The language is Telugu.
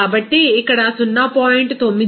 కాబట్టి ఇక్కడ 0